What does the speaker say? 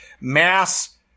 mass